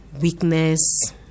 weakness